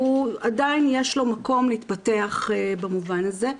עדיין יש לו מקום להתפתח במובן הזה.